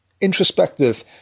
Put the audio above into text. introspective